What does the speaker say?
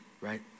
right